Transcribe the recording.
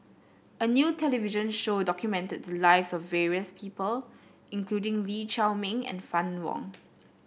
a new television show documented the lives of various people including Lee Chiaw Meng and Fann Wong